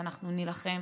ואנחנו נילחם